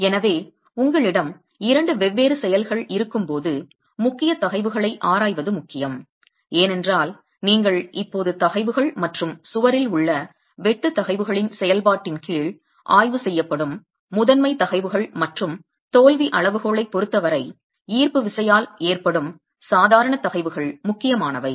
எனவே உங்களிடம் இரண்டு வெவ்வேறு செயல்கள் இருக்கும்போது முக்கிய தகைவுகளை ஆராய்வது முக்கியம் ஏனென்றால் நீங்கள் இப்போது தகைவுகள் மற்றும் சுவரில் உள்ள வெட்டு தகைவுகளின் செயல்பாட்டின் கீழ் ஆய்வு செய்யப்படும் முதன்மை தகைவுகள் மற்றும் தோல்வி அளவுகோலை பொருத்தவரை ஈர்ப்பு விசையால் ஏற்படும் சாதாரண தகைவுகள் முக்கியமானவை